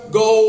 go